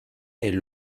est